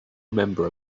remember